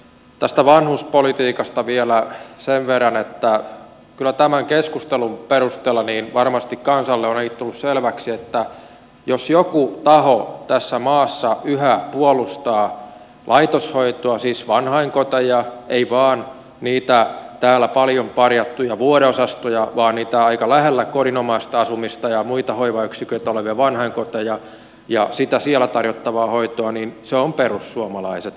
tästä vanhuspolitiikasta vielä sen verran että kyllä tämän keskustelun perusteella varmasti kansalle on ainakin tullut selväksi että jos joku taho tässä maassa yhä puolustaa laitoshoitoa siis vanhainkoteja ei vain niitä täällä paljon parjattuja vuodeosastoja vaan niitä aika lähellä kodinomaista asumista ja muita hoivayksiköitä olevia vanhainkoteja ja sitä siellä tarjottavaa hoitoa niin se on perussuomalaiset